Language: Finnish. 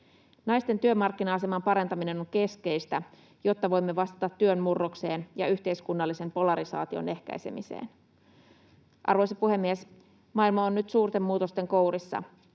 Naisten työmarkkina-aseman parantaminen on keskeistä, jotta voimme vastata työn murrokseen ja yhteiskunnallisen polarisaation ehkäisemiseen. Arvoisa puhemies! Maailma on nyt suurten muutosten kourissa.